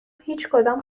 هیچکدام